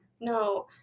No